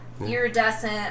Iridescent